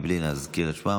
בלי להזכיר את שמם.